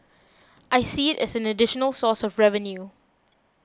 I see it as an additional source of revenue